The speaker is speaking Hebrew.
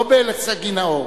לא בסגי נהור.